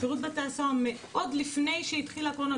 שירות בתי הסוהר עוד לפני שהתחילה הקורונה,